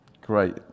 Great